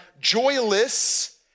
joyless